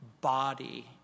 body